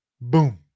Boom